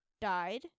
died